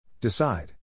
Decide